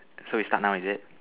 so we start now is it